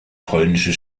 polnische